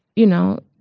you know,